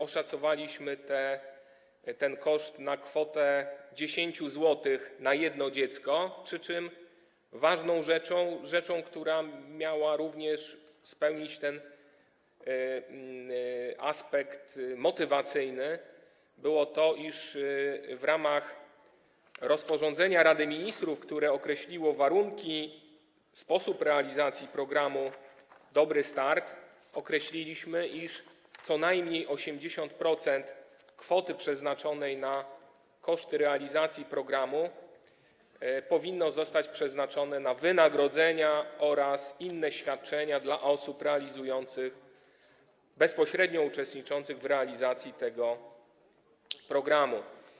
Oszacowaliśmy ten koszt na kwotę 10 zł przypadającej na jedno dziecko, przy czym ważną kwestią, która miała również wpływ na aspekt motywacyjny, było to, iż w rozporządzeniu Rady Ministrów, które określiło warunki, sposób realizacji programu „Dobry start”, określiliśmy, iż co najmniej 80% kwoty przeznaczonej na koszty realizacji programu powinno zostać przeznaczone na wynagrodzenia oraz inne świadczenia dla osób bezpośrednio uczestniczących w realizacji tego programu.